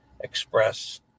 express